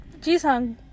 Jisung